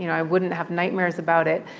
you know i wouldn't have nightmares about it.